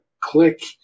click